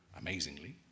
amazingly